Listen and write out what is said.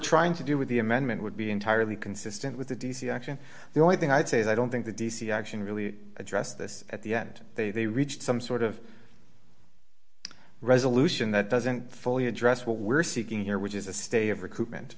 trying to do with the amendment would be entirely consistent with the d c action the only thing i'd say is i don't think the d c action really address this at the end they reached some sort of resolution that doesn't fully address what we're seeking here which is a state of recoupment